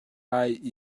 lai